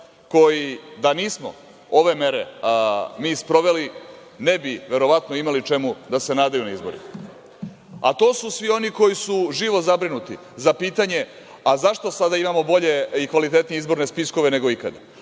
koji, da nismo ove mere mi sproveli, ne bi verovatno imali čemu da se nadaju na izborima. To su svi oni koji su živo zabrinuti za pitanje a zašto sada imamo bolje i kvalitetnije izborne spiskove nego ikada,